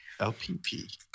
LPP